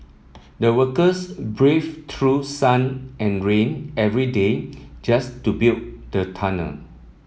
the workers braved true sun and rain every day just to build the tunnel